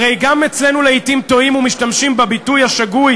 הרי גם אצלנו לעתים טועים ומשתמשים בביטוי השגוי